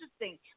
interesting